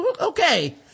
okay